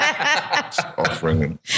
Offering